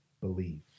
believe